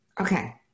okay